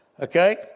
Okay